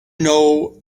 know